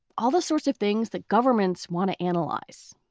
all the sorts of things that governments want to analyze.